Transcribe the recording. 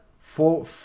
Four